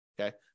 okay